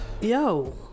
yo